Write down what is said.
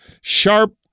sharp